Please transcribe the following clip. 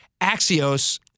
Axios